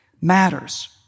matters